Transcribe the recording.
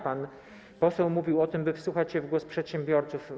Pan poseł mówił o tym, by wsłuchać się w głos przedsiębiorców.